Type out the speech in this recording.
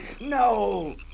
No